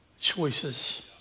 Choices